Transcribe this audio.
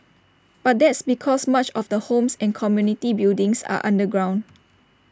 but that's because much of the homes and community buildings are underground